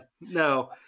No